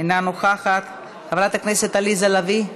אינה נוכחת, חברת הכנסת עליזה לביא,